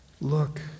Look